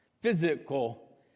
Physical